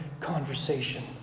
conversation